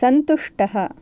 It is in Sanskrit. सन्तुष्टः